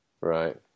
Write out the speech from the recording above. Right